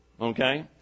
okay